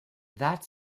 that